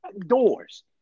doors